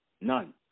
None